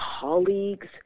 colleagues